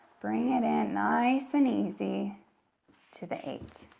bring it in nice and easy to the eight.